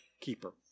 keeper